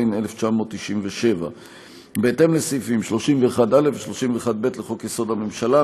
התשנ"ז 1997. בהתאם לסעיפים 31(א) ו-31(ב) לחוק-יסוד: הממשלה,